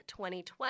2020